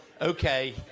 okay